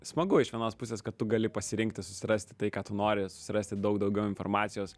smagu iš vienos pusės kad tu gali pasirinkti susirasti tai ką tu nori susirasti daug daugiau informacijos